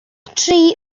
tri